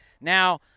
Now